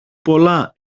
πολλά